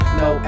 no